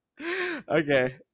Okay